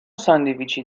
ساندویچی